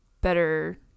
better